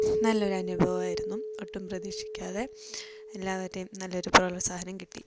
നല്ലൊരു അനുഭവമായിരുന്നു ഒട്ടും പ്രതീക്ഷിക്കാതെ എല്ലാവരേയും നല്ലൊരു പ്രോത്സാഹനം കിട്ടി